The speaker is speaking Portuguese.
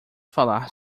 falar